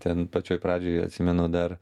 ten pačioj pradžioj atsimenu dar